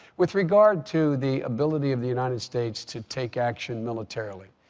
with regard to the ability of the united states to take action militarily,